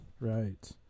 right